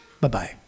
Bye-bye